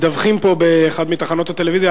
מדווחים פה באחת מתחנות הטלוויזיה,